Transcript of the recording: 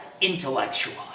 intellectually